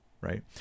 right